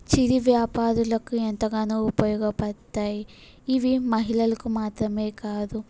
చిరు వ్యాపారులకు ఎంతగానో ఉపయోగపడతాయి ఇవి మహిళలకు మాత్రమే కాదు